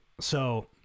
So-